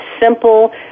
simple